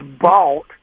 bought